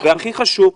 והכי חשוב,